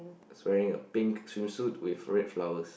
is wearing a pink swimsuit with red flowers